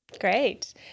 Great